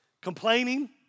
complaining